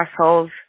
assholes